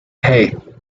hey